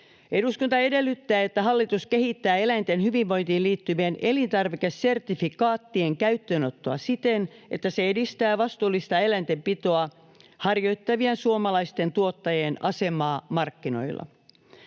Eduskunta edellyttää, että hallitus kehittää eläinten hyvinvointiin liittyvien elintarvikesertifikaattien käyttöönottoa siten, että se edistää vastuullista eläintenpitoa harjoittavien suomalaisten tuottajien asemaa markkinoilla.